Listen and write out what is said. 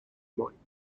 moines